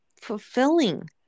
fulfilling